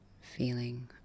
feeling